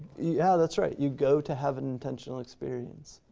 yeah, that's right, you go to have an intentional experience.